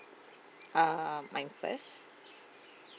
uh my first